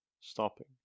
stopping